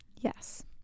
Yes